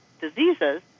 diseases